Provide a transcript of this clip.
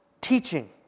teaching